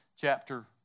chapter